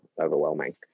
overwhelming